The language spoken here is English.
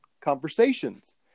conversations